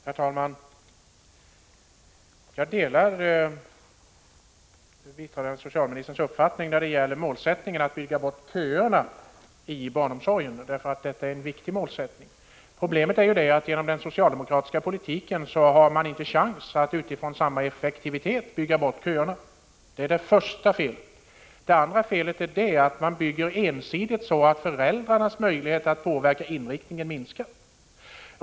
Herr talman! Jag delar biträdande socialministerns uppfattning när det gäller målsättningen att bygga bort köerna inom barnomsorgen — det är en viktig målsättning. Men problemet är att genom den socialdemokratiska politiken har vi inte chans att utifrån samma effektivitet bygga bort köerna. Det är det första felet. Det andra felet är att man bygger ensidigt, så att föräldrarnas möjligheter att påverka inriktningen minskar.